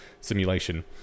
simulation